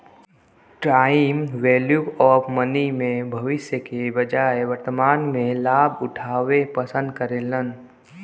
time value of money में भविष्य के बजाय वर्तमान में लाभ उठावे पसंद करेलन